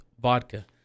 vodka